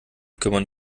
kümmern